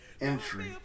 entry